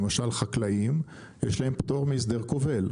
למשל חקלאים יש להם פטור מהסדר כובל,